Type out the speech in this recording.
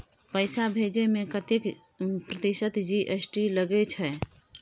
पैसा भेजै में कतेक प्रतिसत जी.एस.टी लगे छै?